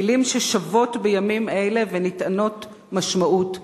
מלים ששבות בימים אלה ונטענות משמעות מחדש.